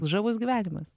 žavus gyvenimas